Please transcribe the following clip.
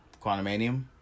Quantumanium